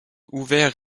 ouvert